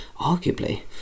arguably